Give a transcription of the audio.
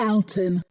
Alton